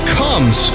comes